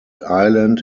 island